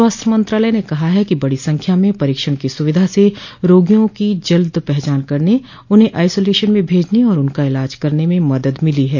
स्वास्थ्य मंत्रालय ने कहा है कि बड़ी संख्या में परीक्षण की सूविधा से रोगियों की जल्द पहचान करने उन्हें आइसोलेशन में भेजने और उनका इलाज करने में मदद मिली है